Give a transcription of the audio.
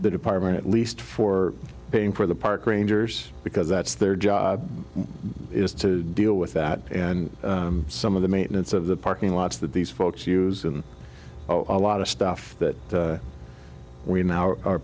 the department at least for paying for the park rangers because that's their job is to deal with that and some of the maintenance of the parking lots that these folks use and a lot of stuff that we now are